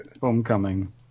Homecoming